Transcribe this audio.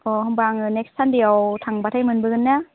अ होमब्ला आङो नेक्स्ट सान्डेआव थांब्लाथाय मोनबोगोन ना